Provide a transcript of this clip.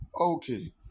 okay